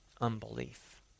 unbelief